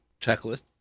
checklist